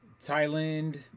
Thailand